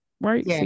right